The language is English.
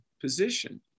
position